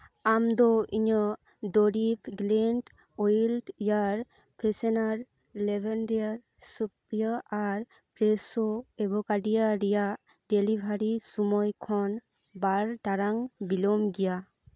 ᱟᱢ ᱫᱚ ᱤᱧᱟᱹᱜ ᱫᱩᱨᱤᱵ ᱜᱞᱮᱱᱰ wild air freshener lavender Supriya ᱟᱨ ᱯᱷᱨᱮᱥᱚ ᱟᱵᱷᱚᱠᱟᱰᱤᱭᱟ ᱨᱮᱭᱟᱜ ᱰᱮᱞᱤᱵᱷᱟᱨᱤ ᱥᱚᱢᱚᱭ ᱠᱷᱚᱱ ᱵᱟᱨ ᱴᱟᱲᱟᱝ ᱵᱤᱞᱚᱢ ᱜᱤᱭᱟ